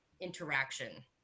interaction